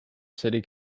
city